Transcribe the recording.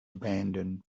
abandon